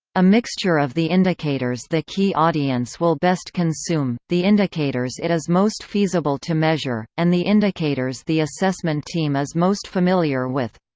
a mixture of the indicators the key audience will best consume, the indicators it is most feasible to measure, and the indicators the assessment team is most familiar with.